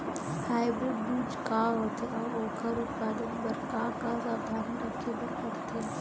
Hybrid बीज का होथे अऊ ओखर उत्पादन बर का का सावधानी रखे बर परथे?